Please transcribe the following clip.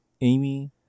Amy